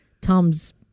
Tom's